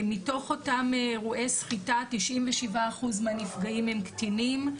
מתוך אותם אירועי סחיטה, 97% מהנפגעים הם קטינים,